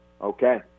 okay